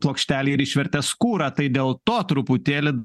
plokštelė ir išvertė skūrą tai dėl to truputėlį